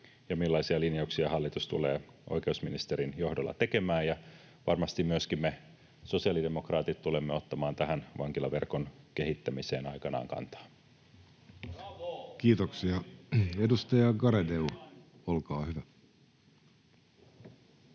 ja millaisia linjauksia hallitus tulee oikeusministerin johdolla tekemään. Ja varmasti myöskin me sosiaalidemokraatit tulemme ottamaan tähän vankilaverkon kehittämiseen aikanaan kantaa. Kiitoksia. — Edustaja Garedew, olkaa hyvä.